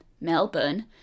Melbourne